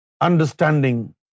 understanding